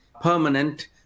permanent